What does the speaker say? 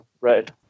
right